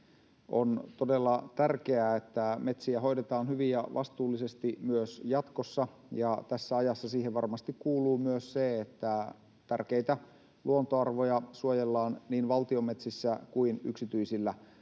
On todella tärkeää, että metsiä hoidetaan hyvin ja vastuullisesti myös jatkossa, ja tässä ajassa siihen varmasti kuuluu myös se, että tärkeitä luontoarvoja suojellaan niin valtion metsissä kuin yksityisillä mailla.